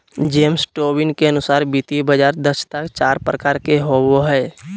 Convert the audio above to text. James Tobin के अनुसार वित्तीय बाजार दक्षता चार प्रकार के होवो हय